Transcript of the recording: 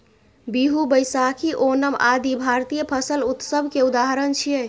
बीहू, बैशाखी, ओणम आदि भारतीय फसल उत्सव के उदाहरण छियै